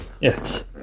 Yes